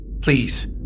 Please